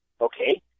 okay